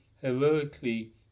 heroically